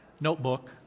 notebook